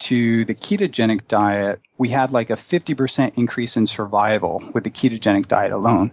to the ketogenic diet, we had like a fifty percent increase in survival with the ketogenic diet alone.